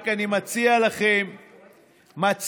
רק אני מציע לכם לפעמים